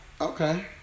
Okay